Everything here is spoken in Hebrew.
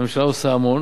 הממשלה עושה המון,